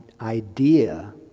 idea